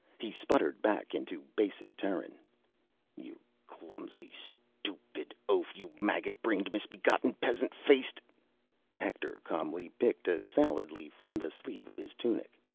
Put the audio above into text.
he sputtered back into basic terran you clumsy, stupid oaf! you maggot-brained misbegotten peasant-faced hector calmly picked a salad leaf from the sleeve of his tunic.